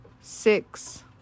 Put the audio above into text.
Six